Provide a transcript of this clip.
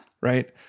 Right